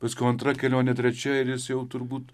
paskiau antra kelionė trečia ir jis jau turbūt